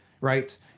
right